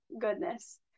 goodness